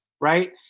right